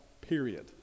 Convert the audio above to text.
period